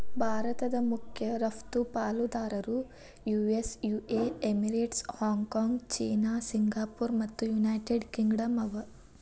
ಭಾರತದ್ ಮಖ್ಯ ರಫ್ತು ಪಾಲುದಾರರು US UA Emirates, Hong Kong China Singapore ಮತ್ತು ಯುನೈಟೆಡ್ ಕಿಂಗ್ಡಮ್ ಅವ